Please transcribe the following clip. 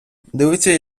дивиться